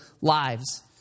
lives